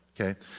Okay